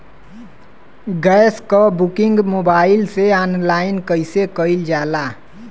Gas क booking mobile से online कईसे कईल जाला?